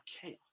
chaos